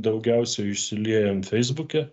daugiausia išsiliejam feisbuke